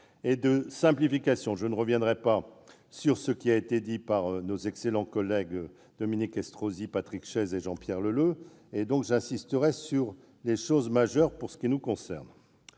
et de simplification. Je ne reviendrai pas sur ce qui a été dit par nos excellents collègues Dominique Estrosi Sassone, Patrick Chaize et Jean-Pierre Leleux et insisterai sur les aspects majeurs de ce texte nous concernant.